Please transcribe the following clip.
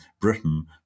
Britain